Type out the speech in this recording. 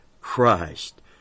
Christ